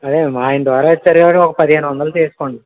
అదే ఆయన ద్వారా వచ్చారు కాబట్టి ఒక పదిహేను వందలు చేసుకోండి